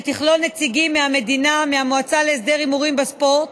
שתכלול נציגים מהמדינה ומהמועצה להסדר ההימורים בספורט.